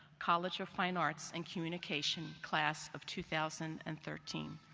college of fine arts and communications class of two thousand and thirteen.